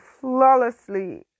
flawlessly